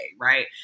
right